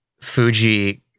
Fuji